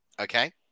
Okay